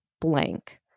blank